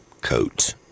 coat